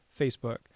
facebook